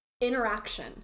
interaction